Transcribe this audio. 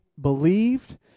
believed